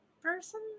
person